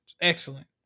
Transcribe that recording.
Excellent